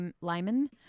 Lyman